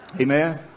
Amen